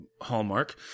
Hallmark